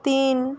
তিন